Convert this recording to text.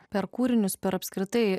per kūrinius per apskritai